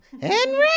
Henry